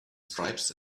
stripes